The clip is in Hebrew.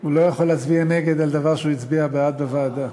הוא לא יכול להצביע נגד דבר שהוא הצביע בעדו בוועדה.